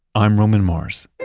i'm roman mars